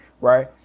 right